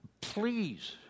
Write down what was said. Please